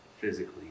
physically